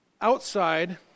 Outside